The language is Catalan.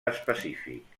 específic